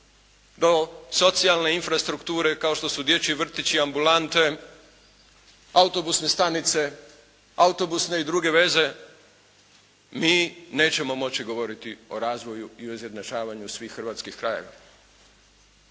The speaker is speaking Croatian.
do socijalne infrastrukture kao što su dječji vrtići, ambulante, autobusne stanice, autobusne i druge veze, mi nećemo moći govoriti o razvoju i o izjednačavanju svih hrvatskih krajeva.